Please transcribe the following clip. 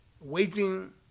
waiting